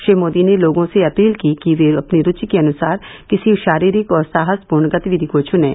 श्री मोदी ने लोगों से अपील की कि वे अपनी रूचि के अनुसार किसी शारीरिक और साहसपूर्ण गतिविधि को चुनें